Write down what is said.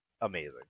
amazing